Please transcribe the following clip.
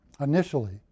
initially